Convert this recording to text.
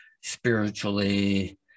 spiritually